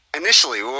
initially